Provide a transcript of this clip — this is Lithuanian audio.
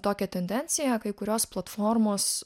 tokią tendenciją kai kurios platformos